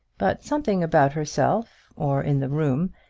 but something about herself, or in the room,